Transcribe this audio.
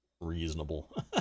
reasonable